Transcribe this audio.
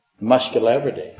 muscularity